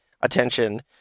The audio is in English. attention